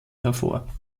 hervor